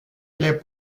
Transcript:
les